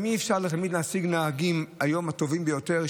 גם אי-אפשר להשיג היום את הנהגים הטובים ביותר,